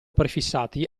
prefissati